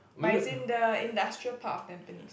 but it's in the industrial part of Tampines